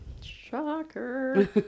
Shocker